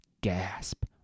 gasp